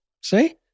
See